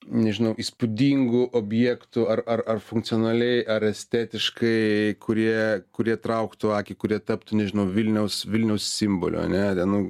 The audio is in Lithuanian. nežinau įspūdingų objektų ar ar ar funkcionaliai ar estetiškai kurie kurie trauktų akį kurie taptų nežinau vilniaus vilniaus simboliu ane ten nu